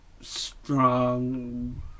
strong